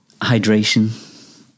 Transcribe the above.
hydration